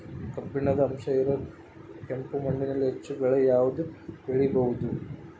ಕಬ್ಬಿಣದ ಅಂಶ ಇರೋ ಕೆಂಪು ಮಣ್ಣಿನಲ್ಲಿ ಹೆಚ್ಚು ಬೆಳೆ ಯಾವುದು ಬೆಳಿಬೋದು?